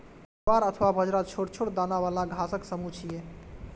ज्वार अथवा बाजरा छोट छोट दाना बला घासक समूह छियै